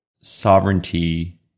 sovereignty